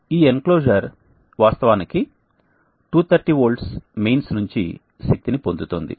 ఈ ఎన్క్లోజర్ వాస్తవానికి 230V mains నుండి శక్తిని పొందుతోంది